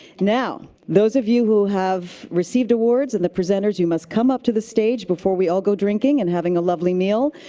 now, those of you who have received awards and the presenters, you must come up to the stage before we all go drinking and having a lovely meal.